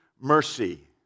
mercy